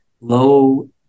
low